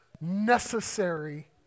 necessary